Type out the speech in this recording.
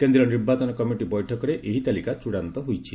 କେନ୍ଦ୍ରୀୟ ନିର୍ବାଚନ କମିଟି ବୈଠକରେ ଏହି ତାଲିକା ଚୂଡ଼ାନ୍ତ ହୋଇଛି